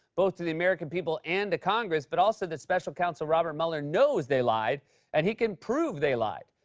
both to the american people and to congress, but also that special counsel robert mueller knows they lied and he can prove they lied.